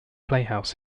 playhouse